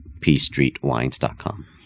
pstreetwines.com